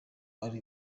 ari